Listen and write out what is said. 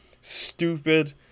stupid